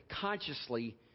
consciously